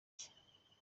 cye